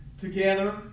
together